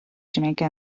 jamaica